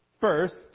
First